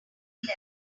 level